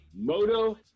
moto